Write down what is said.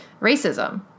Racism